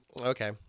Okay